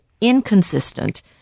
inconsistent